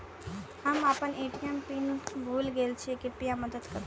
हम आपन ATM PIN भूल गईल छी, कृपया मदद करू